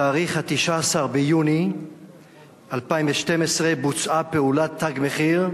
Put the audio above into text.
בתאריך 19 ביוני 2012 בוצעה פעולת "תג מחיר"